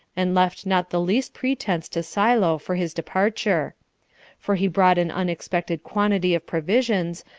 and left not the least pretense to silo for his departure for he brought an unexpected quantity of provisions,